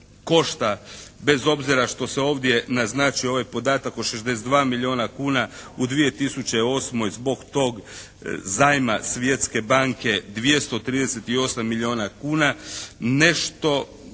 bez obzira što se ovdje naznačio ovaj podatak od 62 milijuna kuna u 2008. zbog tog zajma Svjetske banke 238 milijuna kuna. Nešto